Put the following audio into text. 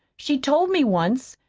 she told me once.